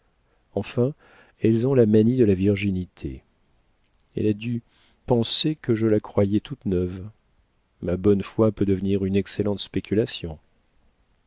enfin elles ont la manie de la virginité elle a dû penser que je la croyais toute neuve ma bonne foi peut devenir une excellente spéculation